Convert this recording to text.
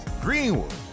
Greenwood